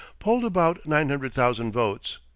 polled about nine hundred thousand votes,